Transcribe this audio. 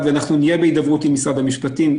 ואנחנו נהיה בהידברות עם משרד הבריאות.